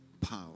power